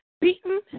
beaten